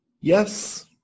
yes